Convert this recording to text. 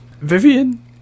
Vivian